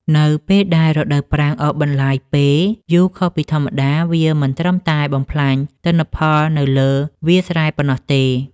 នៅពេលដែលរដូវប្រាំងអូសបន្លាយពេលយូរខុសពីធម្មតា វាមិនត្រឹមតែបំផ្លាញទិន្នផលនៅលើវាលស្រែប៉ុណ្ណោះទេ។